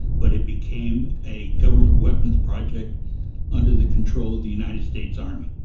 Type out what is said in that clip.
but it became a government weapons project under the control of the united states army.